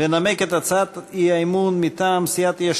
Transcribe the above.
לנמק את הצעת האי-אמון מטעם סיעת יש